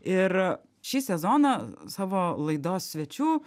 ir šį sezoną savo laidos svečių